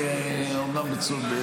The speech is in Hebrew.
אומנם אמרתי שוב,